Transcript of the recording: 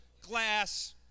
glass